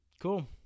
Cool